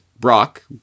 Brock